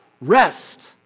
Rest